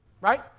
right